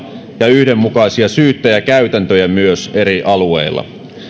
ja yhdenmukaisia syyttäjäkäytäntöjä myös eri alueilla